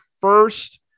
first